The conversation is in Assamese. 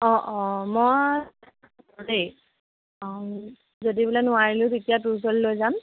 অঁ অঁ মই দেই অঁ যদি বোলে নোৱাৰিলোঁ তেতিয়া তোৰ ওচৰলৈ লৈ যাম